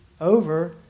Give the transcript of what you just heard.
over